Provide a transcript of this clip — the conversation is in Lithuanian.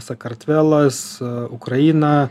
sakartvelas ukraina